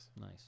Nice